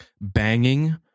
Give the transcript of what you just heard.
Banging